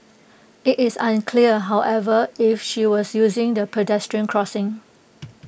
IT is unclear however if she was using the pedestrian crossing